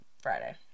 Friday